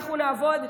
נעבוד,